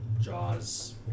jaws